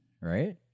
right